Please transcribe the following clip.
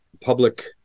public